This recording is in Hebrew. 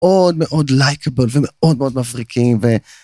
מאוד מאוד לייקאבול ומאוד מאוד מבריקים ו...